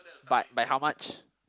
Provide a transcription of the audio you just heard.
but by how much